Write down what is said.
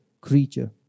creature